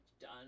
done